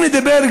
אם נדבר,